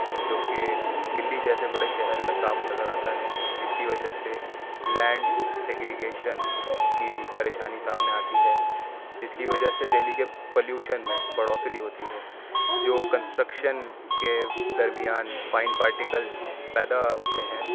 جو کہ دلی جیسے بڑے شہر میں صاف نظر آتا ہے جس کی وجہ سے لینڈ سیگریگیشن کی پریشانی سامنے آتی ہے جس کی وجہ سے دہلی کے پلوشن میں بڑھوتری ہوتی ہے جو کنسٹرکشن کے درمیان فائن پارٹیکلس پیدا ہوتے ہیں